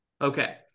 Okay